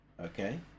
Okay